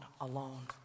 alone